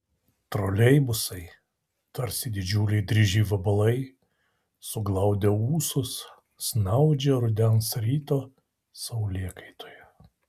troleibusai tarsi didžiuliai dryži vabalai suglaudę ūsus snaudžia rudens ryto saulėkaitoje